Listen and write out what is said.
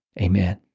amen